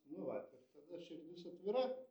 nu vat ir tada širdis atvira